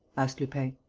asked lupin.